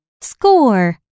score